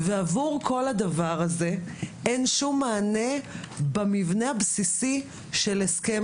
ועבור כל זה אין שום מענה במבנה הבסיסי של הסכם